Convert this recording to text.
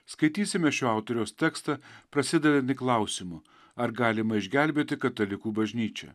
skaitysime šio autoriaus tekstą prasidedantį klausimu ar galima išgelbėti katalikų bažnyčią